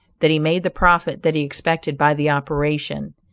that he made the profit that he expected by the operation,